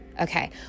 Okay